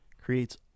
creates